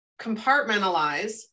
compartmentalize